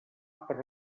per